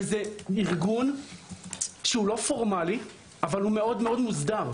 וזה ארגון שהוא לא פורמלי אבל הוא מאוד מוסדר,